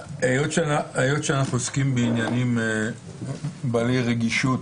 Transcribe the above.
היות שאנחנו עוסקים בעניינים בעלי רגישות,